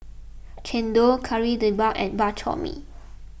Chendol Kari Debal and Bak Chor Mee